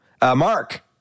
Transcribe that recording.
Mark